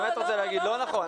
נכון.